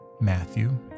Matthew